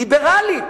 ליברלית,